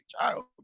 child